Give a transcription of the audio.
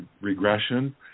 regression